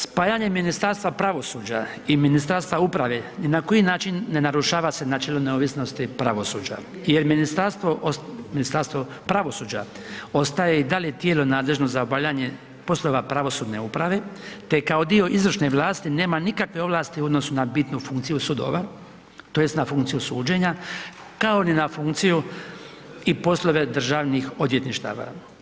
Spajanjem Ministarstva pravosuđa i Ministarstva uprave ni na koji način ne narušava se načelne neovisnosti pravosuđa jer Ministarstvo pravosuđa ostaje i dalje tijelo nadležno za obavljanje poslova pravosudne uprave te kao dio izvršne vlasti nema nikakve ovlasti u odnosu na bitnu funkciju sudova tj. na funkciju suđenja kao ni na funkciju i poslove državnih odvjetništava.